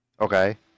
Okay